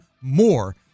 more